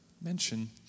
mention